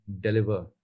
deliver